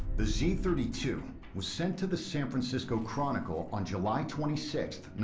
the z three two was sent to the san francisco chronicle on july twenty six,